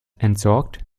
entsorgt